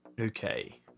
Okay